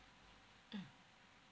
mm